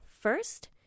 First